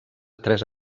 tres